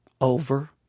Over